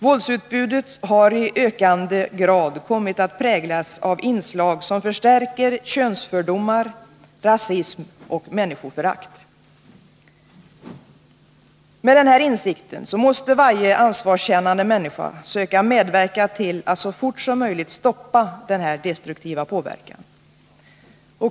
Våldsutbudet har i ökande grad kommit att präglas av inslag som förstärker könsfördomar, rasism och människoförakt.” Varje ansvarskännande människa som har denna insikt måste söka medverka till att denna destruktiva påverkan så fort som möjligt stoppas.